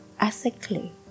ethically